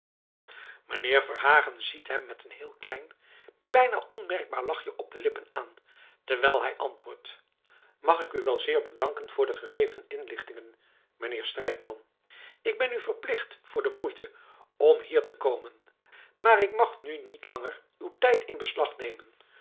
mijnheer verhagen ziet hem met een heel klein bijna onmerkbaar lachje om de lippen aan terwijl hij antwoordt mag ik u wel zeer bedanken voor de gegeven inlichtingen mijnheer strijkman ik ben u verplicht voor de moeite om hier te komen maar ik mag nu niet langer uw tijd in beslag nemen